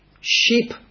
sheep